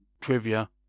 trivia